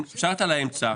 שאלת על האמצע,